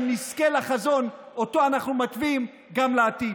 נזכה לחזון שאותו אנחנו מתווים גם לעתיד.